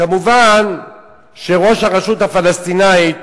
מובן שראש הרשות הפלסטינית,